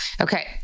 Okay